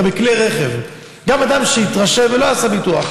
הרי בכלי רכב גם אדם שהתרשל ולא עשה ביטוח,